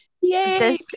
yay